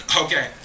okay